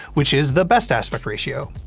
which is the best aspect ratio.